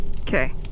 Okay